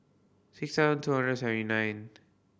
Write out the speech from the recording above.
six thousand two hundred seventy nine